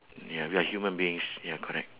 ya we are human beings ya correct